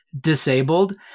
disabled